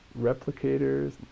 replicators